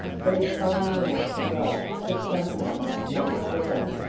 but it's finding out the right that sometimes makes the wrong.